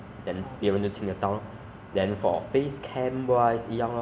as if like 如果有问题要问你在开你的 mike